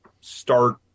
start